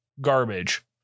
garbage